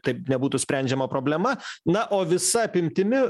taip nebūtų sprendžiama problema na o visa apimtimi